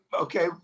okay